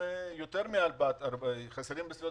חסרות בסביבות